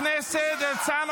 חבר הכנסת הרצנו,